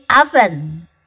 oven